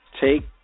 take